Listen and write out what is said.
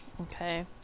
okay